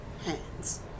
hands